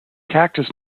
cactus